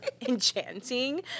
enchanting